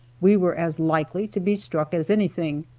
we were as likely to be struck as any thing.